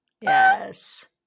Yes